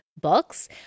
books